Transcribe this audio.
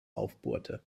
aufbohrte